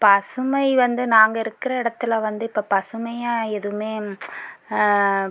பசுமை வந்து நாங்கள் இருக்கிற இடத்தில் வந்து இப்போ பசுமையாக எதுவுமே